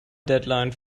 deadline